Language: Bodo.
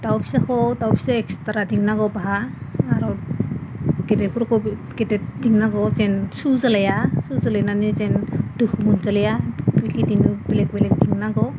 दाउ फिसाखौ दाउ फिसा एक्सथ्रा दिहुननांगौ बासा आरो गेदेदफोरखो गेदेर दोननांगौ जेन सौज्लाया सौज्लायनानै जेन दुखु मोनज्लाया बिदिनो बेलेग बेलेग दोननांगौ